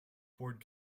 poured